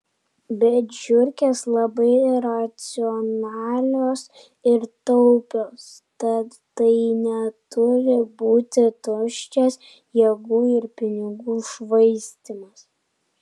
bet žiurkės labai racionalios ir taupios tad tai neturi būti tuščias jėgų ir pinigų švaistymas